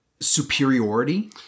superiority